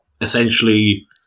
essentially